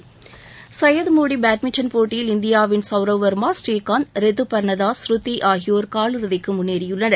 விளையாட்டுச்செய்திகள் சையதுமோடி பேட்மிண்டன் போட்டியில் இந்தியாவின் சவ்ரவ் வாமா ஸ்ரீகாந்த் ரித்து பா்னதாஸ் ஸ்ருதி ஆகியோர் காலிறுதிக்கு முன்னேறியுள்ளனர்